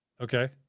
okay